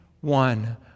one